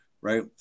Right